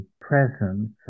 presence